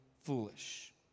foolish